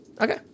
Okay